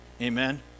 Amen